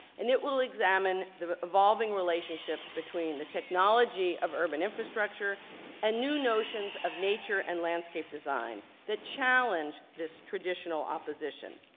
and it will examine the evolving relationship between the technology of urban infrastructure and new notions of nature and landscape design that challenge this traditional opposition.